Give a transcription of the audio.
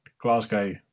Glasgow